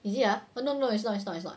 is it !huh! oh no no it's not it's not